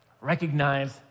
Recognize